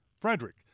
Frederick